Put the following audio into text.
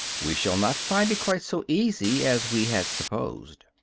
we shall not find it quite so easy as we had supposed.